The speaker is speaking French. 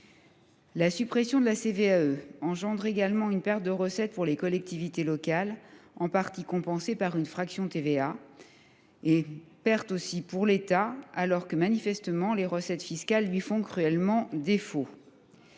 La suppression de la CVAE entraîne également une perte de recettes pour les collectivités locales, partiellement compensée par une fraction de TVA, ainsi qu’une perte pour l’État, alors que, manifestement, les recettes fiscales lui font cruellement défaut.